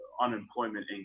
unemployment